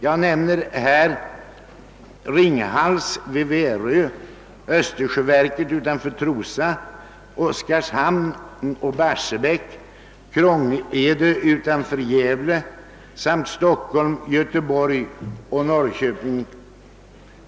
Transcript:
Jag kan här nämna Ringhals vid Värö, Östersjöverket utanför Trosa, Oskarshamn, Barsebäck, Krångede utanför Gävle samt Stockholm, Göteborg och Norrköping.